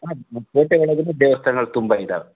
ಹಾಂ ಕೋಟೆ ಒಳಗಡೆ ದೇವಸ್ಥಾನ ತುಂಬ ಇದ್ದಾವೆ